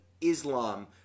Islam